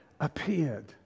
appeared